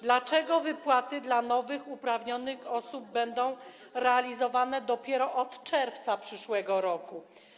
Dlaczego wypłaty dla nowych uprawnionych osób będą realizowane dopiero od czerwca przyszłego roku?